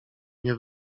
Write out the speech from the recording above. nie